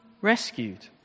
rescued